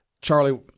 charlie